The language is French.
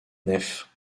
nef